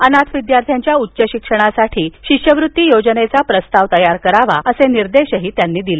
अनाथ विद्यार्थ्यांच्या उच्च शिक्षणासाठी शिष्यवृत्ती योजनेचा प्रस्ताव तयार करावा असे निर्देश दिले